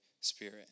Spirit